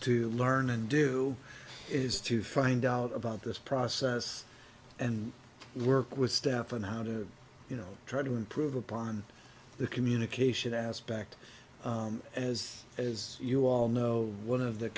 to learn and do is to find out about this process and work with staff and how to you know try to improve upon the communication aspect as as you all know one of the